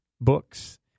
books